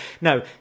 no